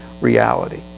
reality